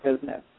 business